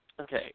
Okay